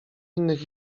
innych